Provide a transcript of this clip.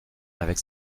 avec